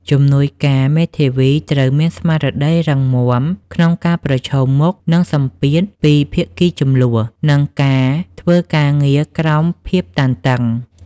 ជំនួយការមេធាវីត្រូវមានស្មារតីរឹងមាំក្នុងការប្រឈមមុខនឹងសម្ពាធពីភាគីជម្លោះ និងការធ្វើការងារក្រោមភាពតានតឹង។